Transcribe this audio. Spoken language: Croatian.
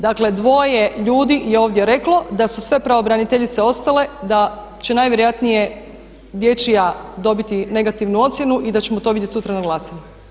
Dakle dvoje ljudi je ovdje reklo da su sve pravobraniteljice ostale, da će najvjerojatnije dječja dobiti negativnu ocjenu i da ćemo to vidjeti sutra na glasanju.